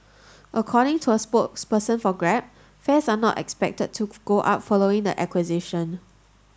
according to a spokesperson for Grab fares are not expected to go up following the acquisition